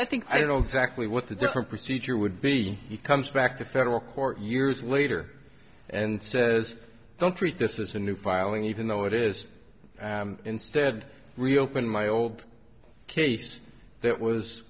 i think i don't exactly what the different procedure would be he comes back to federal court years later and says don't treat this as a new filing even though it is instead reopen my old case that was